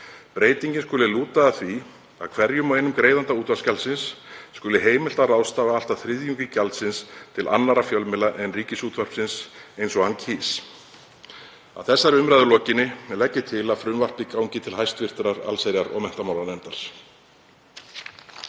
Breytingin skuli lúta að því að hverjum og einum greiðanda útvarpsgjaldsins skuli heimilt að ráðstafa allt að þriðjungi gjaldsins til annarra fjölmiðla en Ríkisútvarpsins eins og hann kýs. Að þessari umræðu lokinni legg ég til að frumvarpið gangi til hv. allsherjar- og menntamálanefndar.